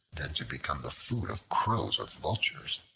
than to become the food of crows or vultures.